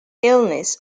illness